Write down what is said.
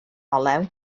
olew